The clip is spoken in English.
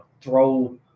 Throw